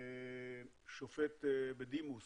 שופט בדימוס